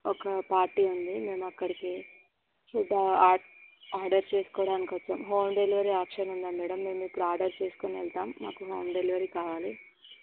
ఒక పార్టీ ఉంది మేము అక్కడికి ఫుడ్ ఆర్డర్ చేసుకోవడానికి వచ్చాము హోం డెలివరీ ఆప్షన్ ఉందా మేడం మేము ఇప్పుడు ఆర్డర్ చేసుకుని వెళ్తాము మాకు హోమ్ డెలివరీ కావాలి